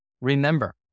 Remember